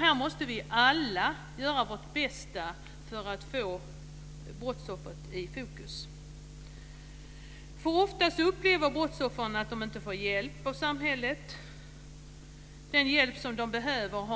Här måste vi alla göra vårt bästa för att få brottsoffret i fokus. Ofta upplever brottsoffren att de inte får den hjälp av samhället som de behöver och